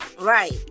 right